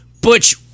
butch